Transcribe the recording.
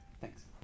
thanks